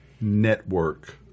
Network